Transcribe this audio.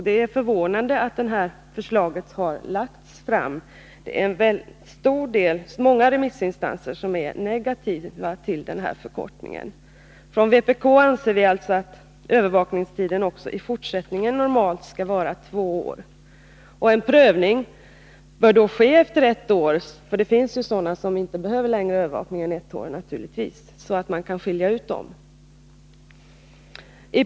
Det är förvånande att det här förslaget lagts fram. Det är många remissinstanser som är negativa till denna förkortning. Från vpk anser vi alltså att övervakningstiden också i fortsättningen normalt skall vara två år. En prövning bör ske efter ett år, så att man skiljer ut dem som inte längre är i behov av övervakning — det finns ju naturligtvis sådana som inte behöver längre övervakning än ett år.